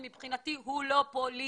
מבחינתי הנושא הזה הוא לא פוליטי